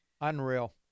Unreal